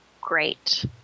great